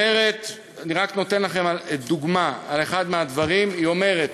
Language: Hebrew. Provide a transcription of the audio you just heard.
אני נותן לכם רק דוגמה על אחד מהדברים, היא אומרת: